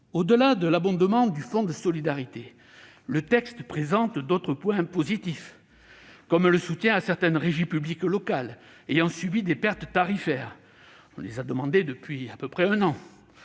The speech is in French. Au-delà de l'abondement du fonds de solidarité, le texte présente d'autres points positifs comme le soutien à certaines régies publiques locales ayant subi des pertes tarifaires- nous demandons cette mesure depuis un an